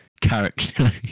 Character